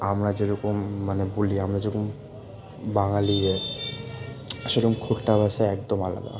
আমরা যেরকম মানে বলি আমরা যেরকম বাঙালি সেরকম খোট্টা ভাষা একদম আলাদা